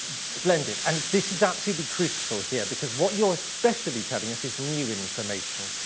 splendid. and this is absolutely critical here, because what you're especially telling us is new information.